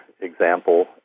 example